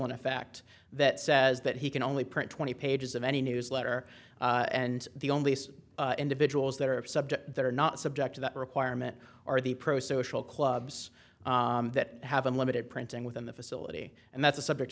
effect that says that he can only print twenty pages of any newsletter and the only individuals that are subject that are not subject to that requirement are the pro social clubs that have unlimited printing within the facility and that's the subject